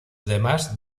demás